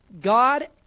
God